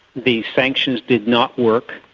the sanctions did not work,